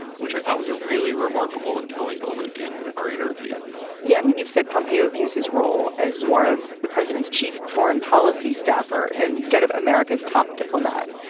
which i thought was a really remarkable and telling moment in our interview yeah. i mean, you've said pompeo views his role as more of the president's chief foreign policy staffer and instead of america's top diplomat.